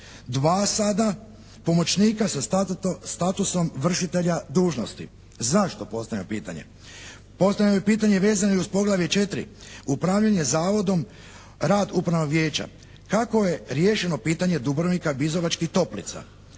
dva sada pomoćnika sa statusom vršitelja dužnosti. Zašto? Postavljam pitanje. Postavio bih pitanje vezano i uz poglavlje 4. Upravljanje Zavodom, rad Upravnog vijeća. Kako je riješeno pitanje Dubrovnika, Bizovačkih toplica?